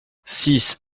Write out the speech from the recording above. six